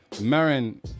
Marin